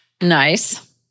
Nice